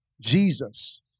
Jesus